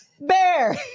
bear